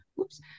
oops